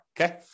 okay